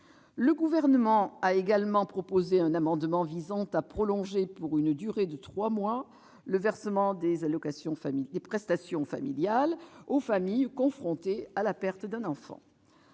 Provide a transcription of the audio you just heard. Le Gouvernement a également proposé un amendement ayant pour objet de prolonger, pour une durée de trois mois, le versement des prestations familiales aux familles confrontées à la perte d'un enfant.